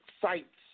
sites